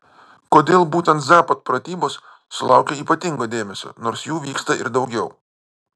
kodėl būtent zapad pratybos sulaukia ypatingo dėmesio nors jų vyksta ir daugiau